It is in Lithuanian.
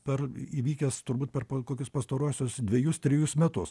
per įvykęs turbūt per kokius pastaruosius dvejus trejus metus